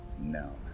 No